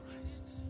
Christ